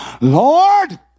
Lord